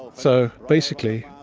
so basically,